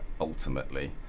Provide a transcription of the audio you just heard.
ultimately